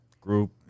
group